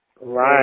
Right